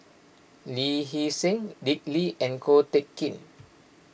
Lee Hee Seng Dick Lee and Ko Teck Kin